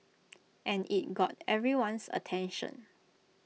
and IT got everyone's attention